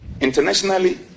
internationally